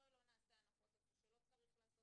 בואו לא נעשה הנחות איפה שלא צריך לעשות